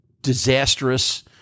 disastrous